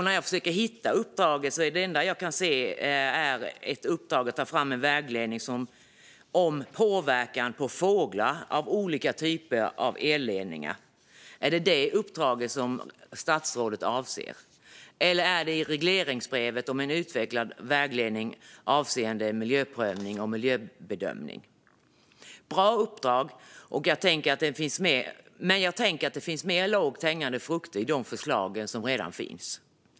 När jag försöker hitta uppdraget är det enda jag kan se ett uppdrag att ta fram en vägledning om påverkan på fåglar av olika typer av elledningar. Är det detta uppdrag som statsrådet avser? Eller är det vad som står i regleringsbrevet om en utvecklad vägledning avseende miljöprövning och miljöbedömning? Det är bra uppdrag. Men jag tänker att det finns mer lågt hängande frukter i de förslag som redan finns.